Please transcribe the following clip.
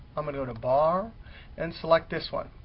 i'm gonna go to bar and select this one.